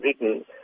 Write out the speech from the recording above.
written